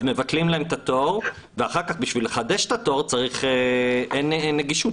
אז מבטלים להן את התור ואחר כך בשביל לחדש את התור אין נגישות,